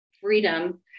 freedom